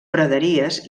praderies